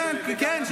כן,